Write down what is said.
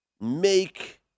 make